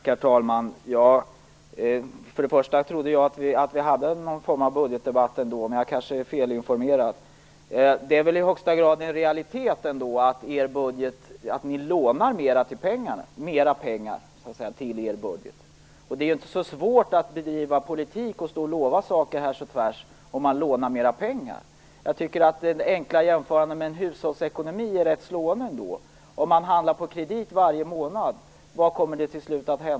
Herr talman! Jag trodde att vi förde någon form av budgetdebatt, men jag är kanske felinformerad. Det är väl i högsta grad en realitet att Vänsterpartiet lånar mer pengar till sin budget? Det är inte så svårt att bedriva politik och stå här och lova saker härs och tvärs om man lånar mera pengar. Jag tycker att den enkla jämförelsen med en hushållsekonomi är rätt slående: Om man handlar på kredit varje månad, vad händer då till slut?